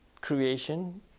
creation